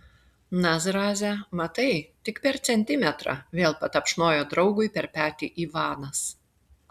na zraze matai tik per centimetrą vėl patapšnojo draugui per petį ivanas